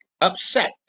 Upset